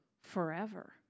forever